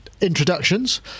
introductions